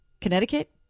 Connecticut